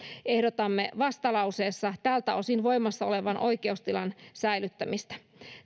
ehdotamme vastalauseessa tältä osin voimassa olevan oikeustilan säilyttämistä